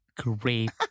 great